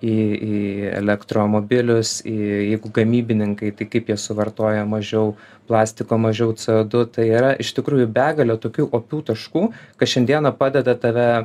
į į elektromobilius į jeigu gamybininkai tai kaip jie suvartoja mažiau plastiko mažiau c o du tai yra iš tikrųjų begalė tokių opių taškų kas šiandieną padeda tave